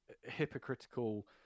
hypocritical